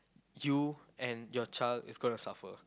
you and your child is gonna suffer